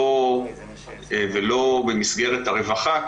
ולא במסגרת הרווחה,